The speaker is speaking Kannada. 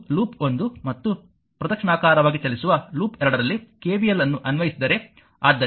ಇದು ಲೂಪ್ 1 ಮತ್ತು ಪ್ರದಕ್ಷಿಣಾಕಾರವಾಗಿ ಚಲಿಸುವ ಲೂಪ್ 2 ರಲ್ಲಿ KVL ಅನ್ನು ಅನ್ವಯಿಸಿದರೆ